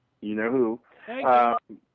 you-know-who